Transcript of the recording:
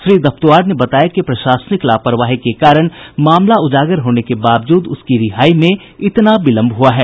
श्री दफ्तुआर ने बताया कि प्रशासनिक लापरवाही के कारण मामला उजागर होने के बावजूद उसकी रिहाई में इतना विलंब हुआ है